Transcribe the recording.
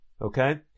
okay